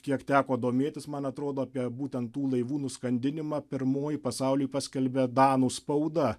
kiek teko domėtis man atrodo būtent tų laivų nuskandinimą pirmoji pasauliui paskelbė danų spauda